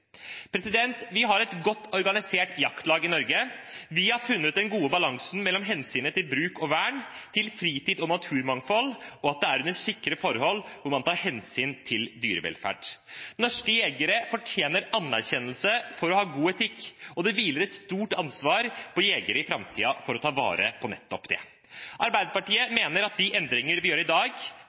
Vi har et godt organisert jaktlag i Norge. Vi har funnet den gode balansen mellom hensynet til bruk og vern, til fritid og naturmangfold, og at det er under sikre forhold, hvor man tar hensyn til dyrevelferd. Norske jegere fortjener anerkjennelse for å ha god etikk, og det hviler et stort ansvar på jegere i framtiden for å ta vare på nettopp det. Arbeiderpartiet mener at de endringene vi gjør i dag,